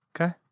Okay